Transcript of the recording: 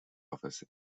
office